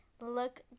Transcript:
look